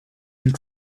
and